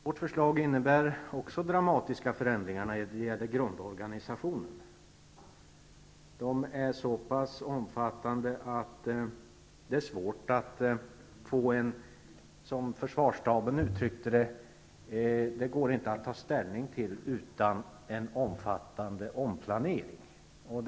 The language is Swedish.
Vårt förslag innebär också dramatiska förändringar när det gäller grundorganisationen. De är så pass vittgående att försvarsstaben har framhållit att det inte går att ta ställning till dem utan en omfattande omplanering.